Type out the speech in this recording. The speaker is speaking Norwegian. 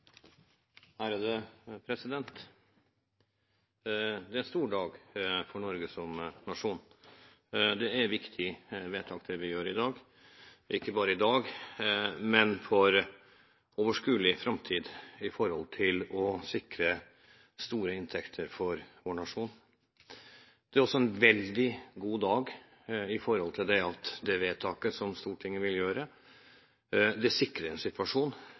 er nødvendig. Dette er en stor dag for Norge som nasjon. Det er et viktig vedtak vi gjør i dag. Det er viktig ikke bare i dag, men også for overskuelig framtid når det gjelder å sikre store inntekter for vår nasjon. Det er også en veldig god dag ved at det vedtaket Stortinget kommer til å gjøre, sikrer at verken verftsindustrien eller leverandørindustrien vil komme i en situasjon